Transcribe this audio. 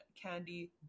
candy